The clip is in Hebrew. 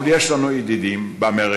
אבל יש לנו ידידים באמריקה,